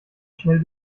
schnell